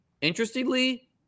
Interestingly